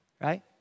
right